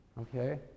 Okay